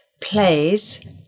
plays